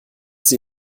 sie